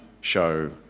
show